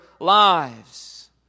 lives